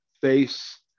face